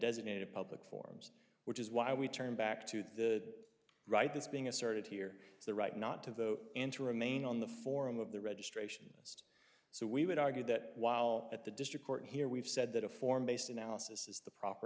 designated public forums which is why we turn back to the right this being asserted here as the right not to vote in to remain on the forum of the registration list so we would argue that while at the district court here we've said that a form based analysis is the proper